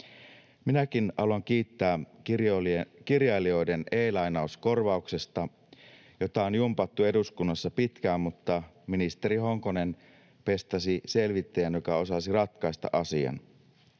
Minäkin haluan kiittää kirjailijoiden e-lainauskorvauksesta, jota on jumpattu eduskunnassa pitkään, mutta ministeri Honkonen pestasi selvittäjän, joka osasi ratkaista asian.